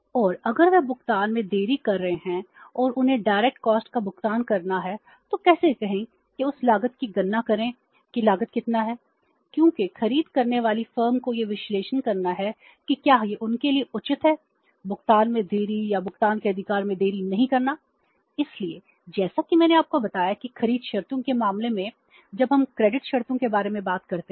और अगर वे भुगतान में देरी कर रहे हैं और उन्हें डायरेक्ट कॉस्ट शर्तों के बारे में बात करते हैं